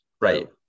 right